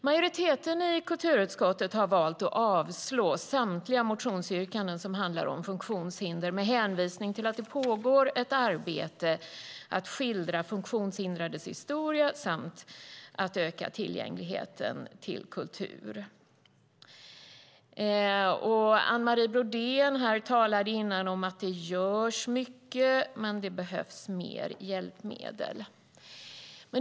Majoriteten i kulturutskottet har valt att avstyrka samtliga motionsyrkanden som handlar om funktionshinder, med hänvisning till att det pågår ett arbete med att skildra funktionshindrades historia samt för att öka tillgängligheten till kultur. Anne Marie Brodén talade tidigare om att det görs mycket men att det behövs mer hjälpmedel.